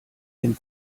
dem